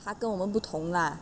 他跟我们不同 lah